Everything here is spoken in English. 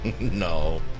No